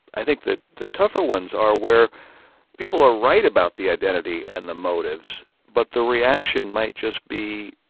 i think that the tougher ones are where people are right about the identity and the motives, but the reaction might just be.